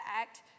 act